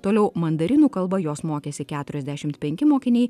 toliau mandarinų kalba jos mokėsi keturiasdešimt penki mokiniai